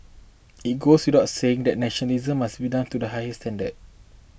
it goes without saying that nationalisation must be done to the highest standards